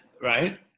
right